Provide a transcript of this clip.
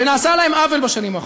ונעשה להם עוול בשנים האחרונות.